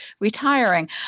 retiring